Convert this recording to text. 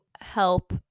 help